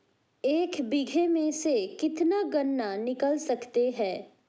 एक बीघे में से कितना गन्ना निकाल सकते हैं?